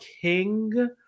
king